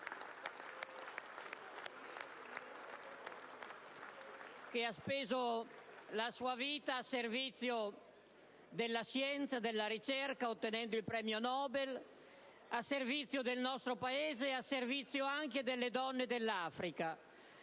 ha speso la sua vita al servizio della scienza, della ricerca, ottenendo il premio Nobel, al servizio del nostro Paese e al servizio anche delle donne dell'Africa.